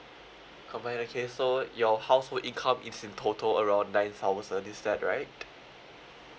combined okay so your household income is in total around nine thousand is that right